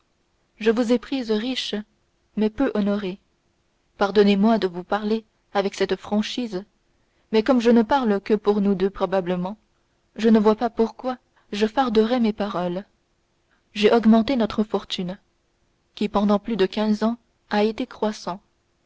je vous ai prise riche mais peu honorée pardonnez-moi de vous parler avec cette franchise mais comme je ne parle que pour nous deux probablement je ne vois pas pourquoi je farderais mes paroles j'ai augmenté notre fortune qui pendant plus de quinze ans a été croissant